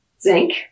zinc